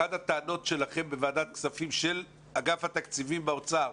אחת הטענות של אגף התקציבים באוצר